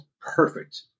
perfect